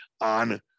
on